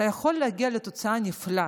אתה יכול להגיע לתוצאה בצורה נפלאה,